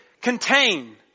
contain